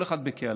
כל אחד בקהלו.